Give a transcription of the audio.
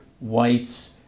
whites